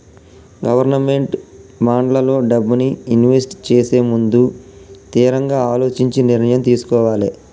government బాండ్లల్లో డబ్బుని invest చేసేముందు తిరంగా అలోచించి నిర్ణయం తీసుకోవాలే